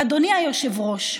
אדוני היושב-ראש,